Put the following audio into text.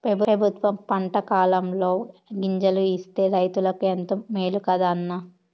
పెబుత్వం పంటకాలంలో గింజలు ఇస్తే రైతులకు ఎంతో మేలు కదా అన్న